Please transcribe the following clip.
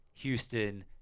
Houston